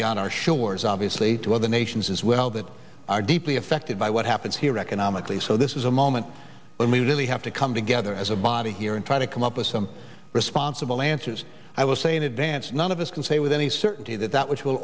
beyond our shores obviously to other nations as well that are deeply affect by what happens here economically so this is a moment when we really have to come together as a body here and try to come up with some responsible answers i will say in advance none of us can say with any certainty that that w